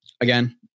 Again